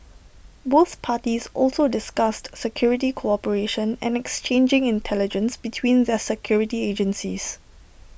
both parties also discussed security cooperation and exchanging intelligence between their security agencies